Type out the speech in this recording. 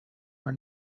were